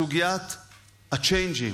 סוגיית הצ'יינג'ים,